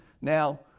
Now